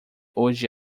hoje